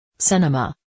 Cinema